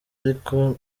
ariko